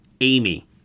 Amy